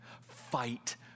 Fight